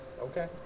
Okay